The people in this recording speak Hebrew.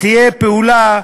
שתהיה פעולה,